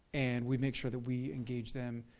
and we make sure that we engage them,